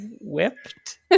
whipped